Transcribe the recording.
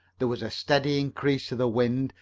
there was a steady increase to the wind,